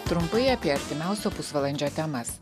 trumpai apie artimiausio pusvalandžio temas